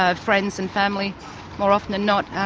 ah friends and family more often than not